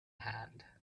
hand